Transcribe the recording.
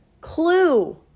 clue